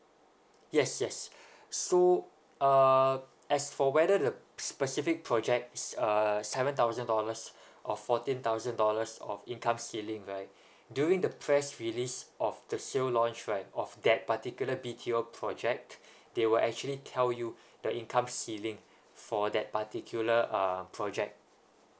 yes yes so uh as for whether the specific project's uh seven thousand dollars or fourteen thousand dollars of income ceiling right during the press release of the sale launch right of that particular B_T_O project they will actually tell you the income ceiling for that particular uh project